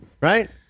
right